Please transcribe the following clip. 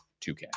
2K